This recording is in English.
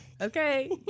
Okay